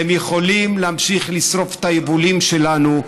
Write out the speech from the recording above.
אתם יכולים להמשיך לשרוף את היבולים שלנו,